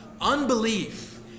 Unbelief